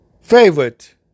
favorite